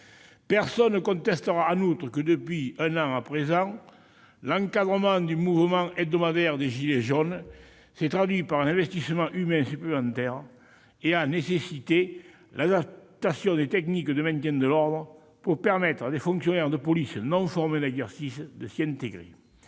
Personne ne contestera en outre que, depuis un an à présent, l'encadrement du mouvement hebdomadaire des « gilets jaunes » s'est traduit par un investissement humain supplémentaire et a nécessité l'adaptation des techniques de maintien de l'ordre pour permettre à des fonctionnaires de police non formés à l'exercice de s'y intégrer.